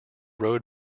road